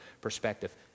perspective